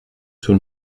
sul